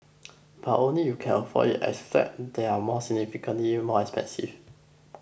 but only you can afford it as flats there are more significantly more expensive